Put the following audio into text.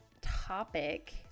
topic